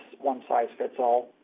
one-size-fits-all